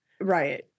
right